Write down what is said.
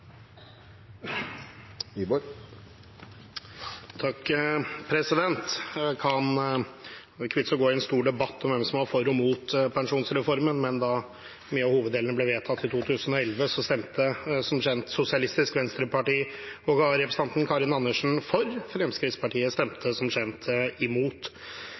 gå inn i en stor debatt om hvem som var for og imot pensjonsreformen, men da mye av hoveddelen ble vedtatt i 2011, stemte som kjent SV og representanten Karin Andersen for. Fremskrittspartiet stemte som kjent imot.